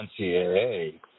NCAA